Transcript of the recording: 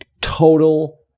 Total